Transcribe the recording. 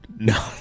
No